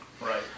Right